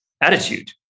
attitude